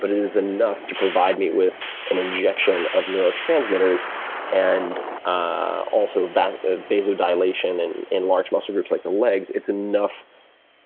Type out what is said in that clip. but it is enough to provide me with an injection of neurotransmitters and ah also ah vasodilatation and in large muscle groups like the legs. it's enough